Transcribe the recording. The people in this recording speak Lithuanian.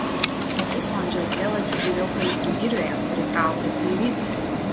po pusvalandžio jis vėl atsidūrė eukaliptų girioje kuri traukėsi į rytus